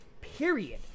period